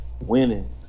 winning